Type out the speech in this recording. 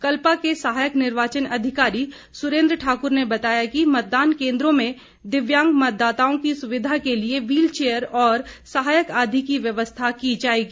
कल्पा के सहायक निर्वाचन अधिकारी सुरेन्द्र ठाकुर ने बताया कि मतदान केंद्रों में दिव्यांग मतदाताओं की सुविधा के लिए व्हील चेयर और सहायक आदि की व्यवस्था की जाएगी